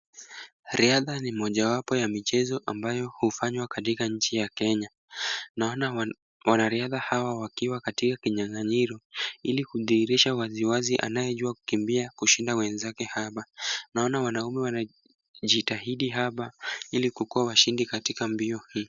Riadha ni mojawapo ya michezo ambayo hufanywa katika nchi ya Kenya. Naona wanariadha hawa wakiwa katika kinyang'anyiro ili kudhihirisha wazi wazi anayejua kukimbia kushinda wenzake haba. Naona wanaume wanajitahidi haba ili kukuwa washindi katika mbio hii.